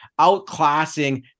outclassing